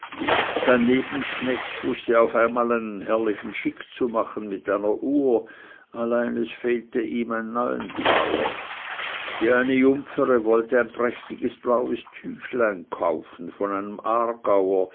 sein nebenknecht wußte auf einmal einen herrlichen schick zu machen mit einer uhr allein es fehlte ihm ein neuertaler die eine jumpfere wollte ein prächtiges blaues tüchlein kaufen von einem